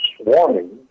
swarming